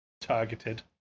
targeted